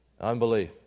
unbelief